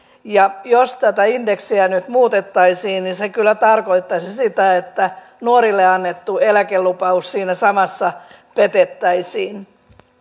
jos tätä indeksiä nyt muutettaisiin se kyllä tarkoittaisi sitä että nuorille annettu eläkelupaus siinä samassa petettäisiin